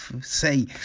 say